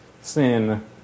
sin